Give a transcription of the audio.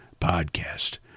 Podcast